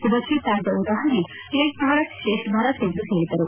ಇದಕ್ಕೆ ತಾಜಾ ಉದಾಹರಣೆ ಏಕ್ ಭಾರತ್ ಶ್ರೇಷ್ಠ ಭಾರತ್ ಎಂದು ಹೇಳದರು